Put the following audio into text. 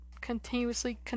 continuously